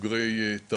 הם בוגרי תאוג'יהי